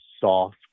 soft